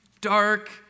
dark